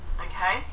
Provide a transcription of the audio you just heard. okay